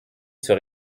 sur